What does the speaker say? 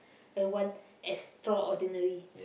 I want extraordinary